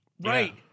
right